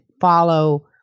follow